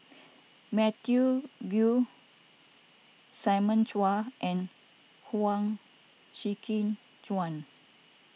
Matthew Ngui Simon Chua and Huang Shiqi Joan